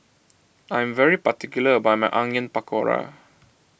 I am particular about my Onion Pakora